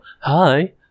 Hi